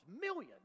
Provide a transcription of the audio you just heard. millions